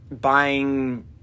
buying